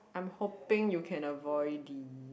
I am hoping you can avoid the